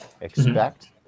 expect